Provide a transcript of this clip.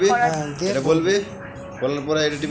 পাট হচ্ছে একটি ভেজিটেবল ফাইবার যার অনেক কাজ হচ্ছে